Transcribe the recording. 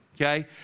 okay